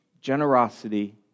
generosity